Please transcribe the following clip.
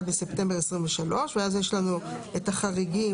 בספטמבר 2023). לאחר מכן יש לנו את החריגים,